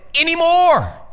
anymore